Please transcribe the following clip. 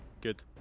good